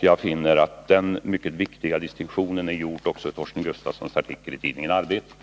Jag finner att denna mycket viktiga distinktion också gjorts i Torsten Gustafssons artikel i tidningen Arbetet.